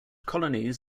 colonies